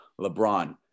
LeBron